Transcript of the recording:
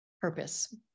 purpose